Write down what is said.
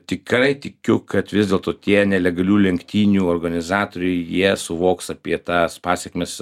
tikrai tikiu kad vis dėlto tie nelegalių lenktynių organizatoriai jie suvoks apie tas pasekmes